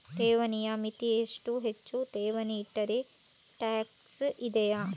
ಠೇವಣಿಯ ಮಿತಿ ಎಷ್ಟು, ಹೆಚ್ಚು ಠೇವಣಿ ಇಟ್ಟರೆ ಟ್ಯಾಕ್ಸ್ ಇದೆಯಾ?